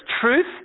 truth